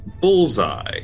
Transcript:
Bullseye